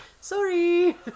sorry